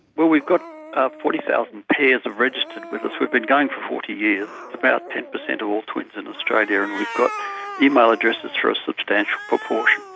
well, we've got ah forty thousand pairs registered with us. we've been going for forty years, it's about ten percent of all twins in australia, and we've got email addresses for a substantial proportion.